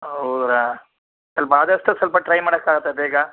ಹೌದಾ ಸ್ವಲ್ಪ ಆದಷ್ಟು ಸ್ವಲ್ಪ ಟ್ರೈ ಮಾಡೋಕಾಗತ್ತ ಬೇಗ